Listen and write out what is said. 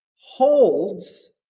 holds